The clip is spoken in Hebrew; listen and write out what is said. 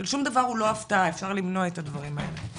שום דבר הוא לא הפתעה, אפשר למנוע את הדברים האלה,